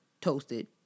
toasted